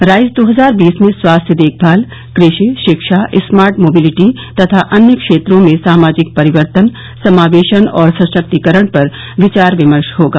rice दो हजार बीस में स्वास्थ्य देखभाल कृषि शिक्षा स्मार्ट मोबिलिटी तथा अन्य क्षेत्रों में सामाजिक परिवर्तन समावेशन और सशक्तिकरण पर विचार विमर्श होगा